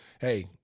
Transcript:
Hey